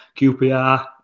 QPR